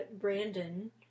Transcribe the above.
Brandon